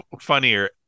funnier